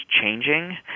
changing